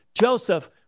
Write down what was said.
Joseph